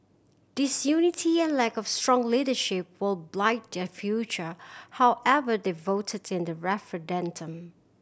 disunity and lack of strong leadership will blight their future however they voted in the referendum